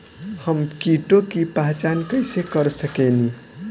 हम कीटों की पहचान कईसे कर सकेनी?